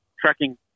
tracking